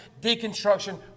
deconstruction